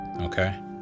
Okay